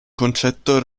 concetto